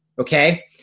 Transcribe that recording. okay